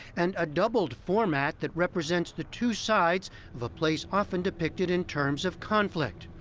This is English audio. and a doubled format that represents the two sides of a place often depicted in terms of conflict.